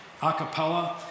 acapella